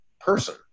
person